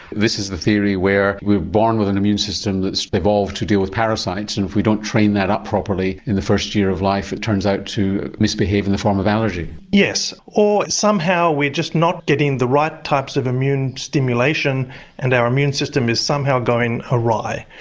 this is the theory where we're born with an immune system that's evolved to deal with parasites and if we don't train that up properly in the first year of life it turns out to misbehave in the form of allergy. yes, or somehow we're just not getting the right types of immune stimulation and our immune system is somehow going awry.